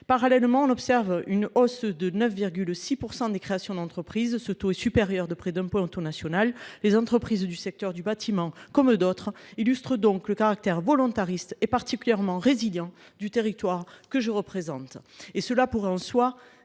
Parallèlement, on observe une hausse de 9,6% des créations d'entreprises. Ce taux est supérieur de près d'un point au national. Les entreprises du secteur du bâtiment comme d'autres illustrent donc le caractère volontariste et particulièrement résilient du territoire que je représente. Et cela pourrait en soi